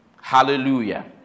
Hallelujah